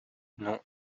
non